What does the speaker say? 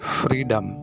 freedom